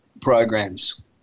programs